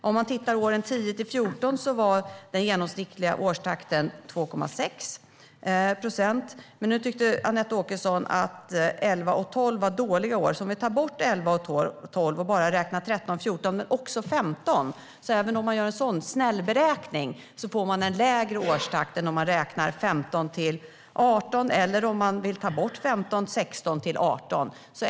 Under åren 2010-2014 var den genomsnittliga årstakten 2,6 procent. Nu tyckte dock Anette Åkesson att 2011 och 2012 var dåliga år. Men även om man gör en "snällberäkning" där man tar bort 2011 och 2012 och räknar på 2013 och 2014 men också 2015 får man en lägre årstakt än om man räknar på åren 2015-2018 eller, om man vill ta bort år 2015, 2016-2018.